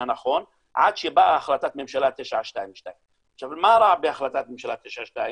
הנכון עד שבאה החלטת ממשלה 922. מה רע בהחלטת הממשלה 922?